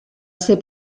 ser